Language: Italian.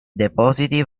depositi